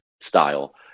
style